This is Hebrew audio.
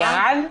ירד?